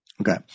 Okay